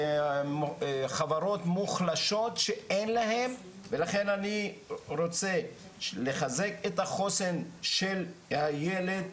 חברות מוחלשות שאין להן ולכן אני רוצה לחזק את החוסן של הילד,